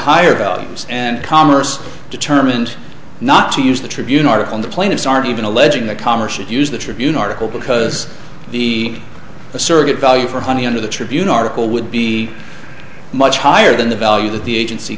higher volumes and commerce determined not to use the tribune article in the plaintiff's aren't even alleging the calmer should use the tribune article because the surrogate value for money under the tribune article would be much higher than the value that the agency